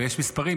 ויש מספרים,